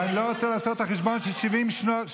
ואני לא רוצה לעשות את החשבון של 75 שנות